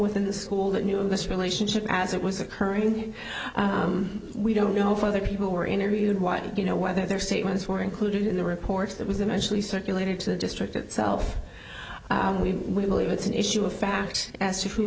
within the school that knew of this relationship as it was occurring we don't know if other people were interviewed why didn't you know whether their statements were included in the reports that was eventually circulated to the district itself and we believe it's an issue of fact as to who